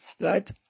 Right